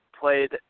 played